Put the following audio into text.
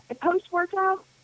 post-workout